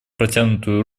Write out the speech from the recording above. протянутую